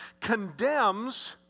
condemns